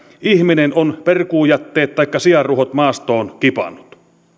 ihminen on perkuujätteet taikka sianruhot maastoon kipannut